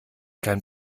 kein